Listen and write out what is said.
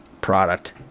Product